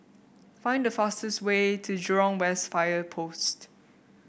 find the fastest way to Jurong West Fire Post